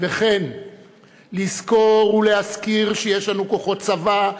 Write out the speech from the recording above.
וכן לזכור ולהזכיר שיש לנו כוחות צבא,